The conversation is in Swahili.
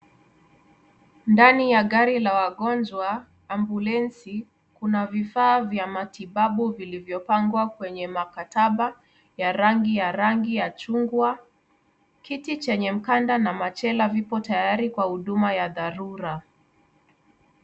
Ndani ya gari la wagonjwa ambulensi. Kuna vifaa vya matibabu vilivyopangwa kwenye makataba ya rangi ya chungwa. Kiti cehnye mkanda na machela kipo tayari kwa huduma ya dharura.